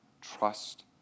Trust